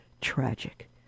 tragic